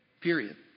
Period